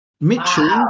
Mitchell